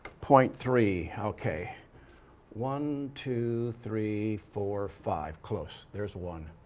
point three, okay. one, two, three, four, five, close there's one.